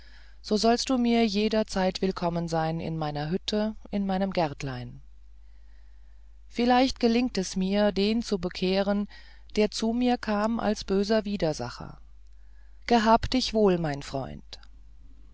so sollst du mir jederzeit willkommen sein in meiner hütte in meinem gärtlein vielleicht gelingt es mir den zu bekehren der zu mir kam als böser widersacher gehab dich wohl mein freund